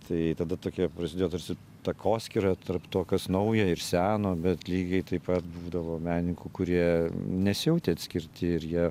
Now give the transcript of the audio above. tai tada tokie prasidėjo tarsi takoskyra tarp to kas nauja ir seno bet lygiai taip pat būdavo menininkų kurie nesijautė atskirti ir jie